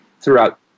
throughout